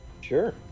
Sure